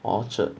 orchard